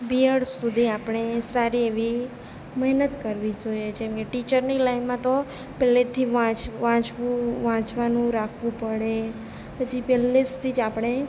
B Ed સુધી આપણે સારી એવી મહેનત કરવી જોઈએ જેમ કે ટીચરની લાઈનમાં તો પહેલેથી વાંચ વાંચવું વાંચવાનું રાખવું પડે પછી પહેલેથી જ આપણે